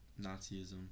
Nazism